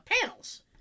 panels